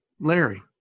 Larry